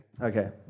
Okay